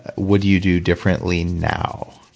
would you do differently now?